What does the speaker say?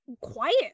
quiet